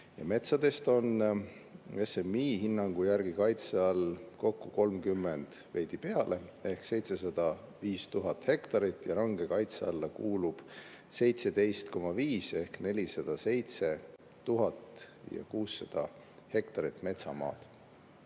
metsadest on SMI hinnangu järgi kaitse all kokku 30%, veidi peale, ehk 705 000 hektarit ja range kaitse alla kuulub 17,5% ehk 407 600 hektarit metsamaad.